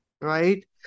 right